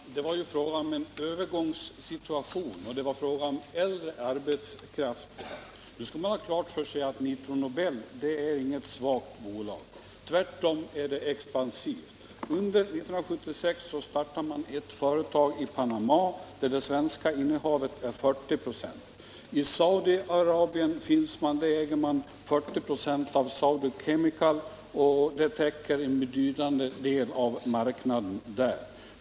Herr talman! Det var fråga om en övergångssituation och det var fråga — Om ändring av om äldre arbetskraft. jämställdhetsbidra Nu bör man ha klart för sig att Nitro Nobel inte är något svagt bolag; get tvärtom är det expansivt. Under 1976 startade man ett företag i Panama, där det svenska innehavet är 40 96. I Saudiarabien finns bolaget också representerat, och där äger man 40 96 av Saudi Chemical, som täcker en betydande del av marknaden.